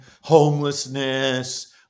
homelessness